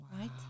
right